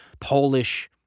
Polish